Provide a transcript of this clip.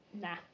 Nah